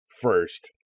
first